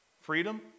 freedom